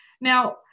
Now